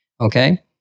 Okay